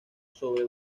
sobre